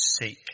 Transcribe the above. seek